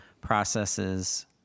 processes